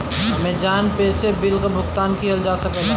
Amazon Pay से bill क भुगतान किहल जा सकला